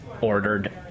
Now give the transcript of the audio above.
ordered